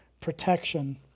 protection